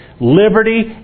liberty